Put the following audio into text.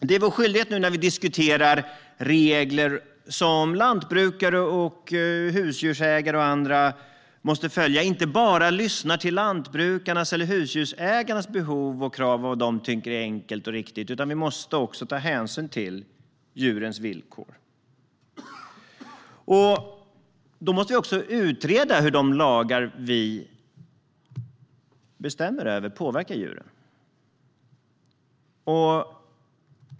Det är vår skyldighet, när vi nu diskuterar regler som lantbrukare, husdjursägare och andra måste följa, att inte bara lyssna till lantbrukarnas eller husdjursägarnas behov och krav i fråga om vad de tycker är enkelt och riktigt, utan vi måste också ta hänsyn till djurens villkor. Då måste vi också utreda hur de lagar som vi bestämmer över påverkar djuren.